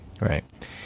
Right